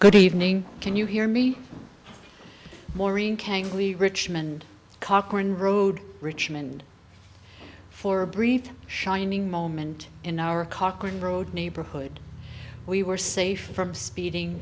good evening can you hear me maureen kang the richmond cochran road richmond for a brief shining moment in our cochran road neighborhood we were safe from speeding